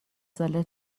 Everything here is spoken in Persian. ساله